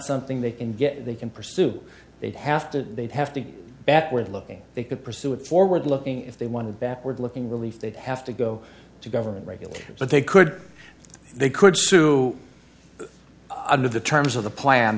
something they can get they can pursue they'd have to they'd have to be backward looking they could pursue it forward looking if they want to backward looking relief they have to go to government regulated but they could they could sue under the terms of the plan